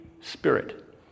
spirit